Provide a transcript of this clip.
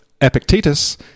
Epictetus